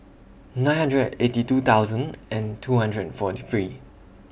nine hundred eighty two thousand and two hundred and forty three